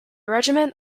regiment